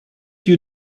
you